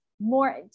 more